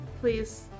please